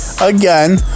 again